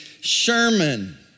Sherman